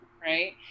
Right